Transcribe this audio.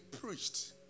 preached